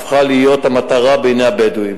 הפכה להיות המטרה בעיני הבדואים.